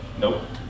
Nope